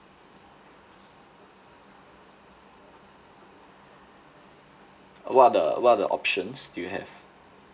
what are the what are the options do you have